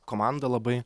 komandą labai